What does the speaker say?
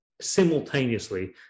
simultaneously